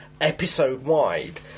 episode-wide